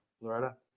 Loretta